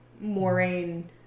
Moraine